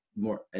more